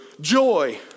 joy